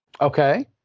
Okay